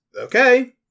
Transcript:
Okay